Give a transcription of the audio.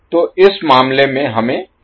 तो इस मामले में हमें का मान ज्ञात करना होगा